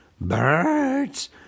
birds